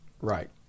Right